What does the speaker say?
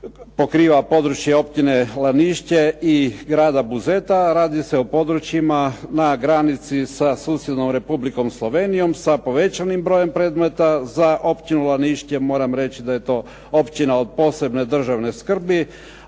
pokriva područje općine Lanišće i grada Buzeta, a radi se o područjima na granici sa susjednom Republikom Slovenijom, sa povećanim brojem predmeta. Za općinu Lanišće moram reći da je to općina od posebne državne skrbi,